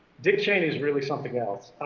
dick cheney's really something else.